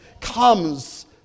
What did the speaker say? comes